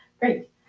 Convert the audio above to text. Great